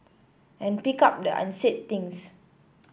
and pick up the unsaid things